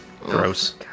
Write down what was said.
Gross